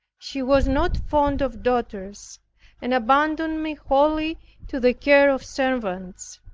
she was not fond of daughters and abandoned me wholly to the care of servants.